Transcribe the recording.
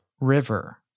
River